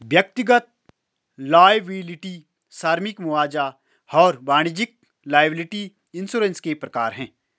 व्यक्तिगत लॉयबिलटी श्रमिक मुआवजा और वाणिज्यिक लॉयबिलटी इंश्योरेंस के प्रकार हैं